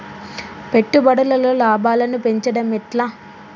పెట్టుబడులలో లాభాలను పెంచడం ఎట్లా?